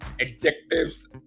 adjectives